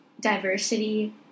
diversity